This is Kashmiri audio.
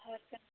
ہر کانٛہہ